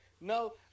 No